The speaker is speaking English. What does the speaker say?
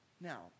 Now